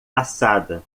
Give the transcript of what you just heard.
assada